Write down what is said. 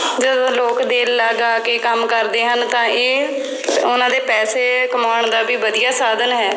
ਜਦੋਂ ਲੋਕ ਦਿਲ ਲਗਾ ਕੇ ਕੰਮ ਕਰਦੇ ਹਨ ਤਾਂ ਇਹ ਉਹਨਾਂ ਦੇ ਪੈਸੇ ਕਮਾਉਣ ਦਾ ਵੀ ਵਧੀਆ ਸਾਧਨ ਹੈ